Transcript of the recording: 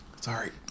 Sorry